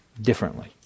differently